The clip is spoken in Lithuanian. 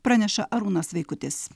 praneša arūnas vaikutis